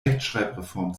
rechtschreibreform